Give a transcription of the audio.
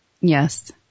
Yes